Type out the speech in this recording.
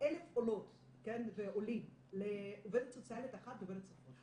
עולות ועולים לעובדת סוציאלית אחת דוברת שפות.